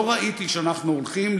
לא ראיתי שאנחנו הולכים,